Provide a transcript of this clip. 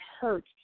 hurt